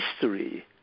history